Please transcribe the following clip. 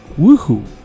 WooHoo